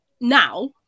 now